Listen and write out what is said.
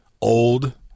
old